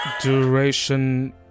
Duration